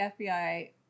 FBI